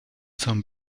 some